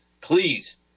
Please